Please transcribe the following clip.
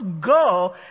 go